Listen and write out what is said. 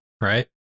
right